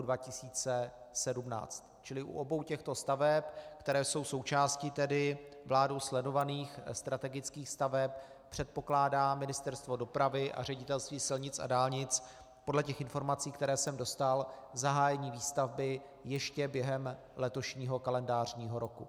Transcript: Čili u obou těchto staveb, které jsou součástí vládou sledovaných strategických staveb, předpokládá Ministerstvo dopravy a Ředitelství silnic a dálnic podle těch informací, které jsem dostal, zahájení výstavby ještě během letošního kalendářního roku.